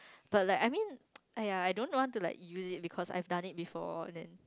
but like I mean aiyah I don't want to use it because I've done it before